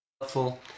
helpful